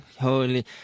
Holy